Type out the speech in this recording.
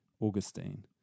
Augustine